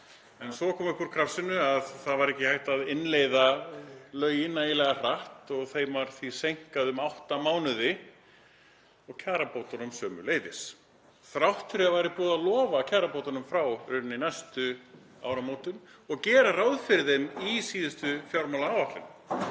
en svo kom upp úr krafsinu að það var ekki hægt að innleiða lögin nægilega hratt og þeim var því seinkað um átta mánuði og kjarabótunum sömuleiðis, þrátt fyrir að búið væri að lofa kjarabótunum frá næstu áramótum og gera ráð fyrir þeim í síðustu fjármálaáætlun,